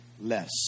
less